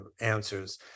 answers